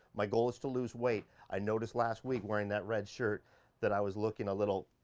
my goal is to lose weight. i noticed last week wearing that red shirt that i was looking a little.